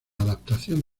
adaptación